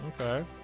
Okay